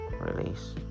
release